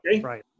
Right